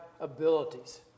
abilities